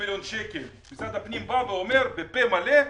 מיליון שקלים משרד הפנים אומר בפה מלא,